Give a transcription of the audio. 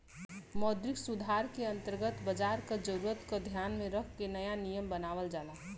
मौद्रिक सुधार के अंतर्गत बाजार क जरूरत क ध्यान में रख के नया नियम बनावल जाला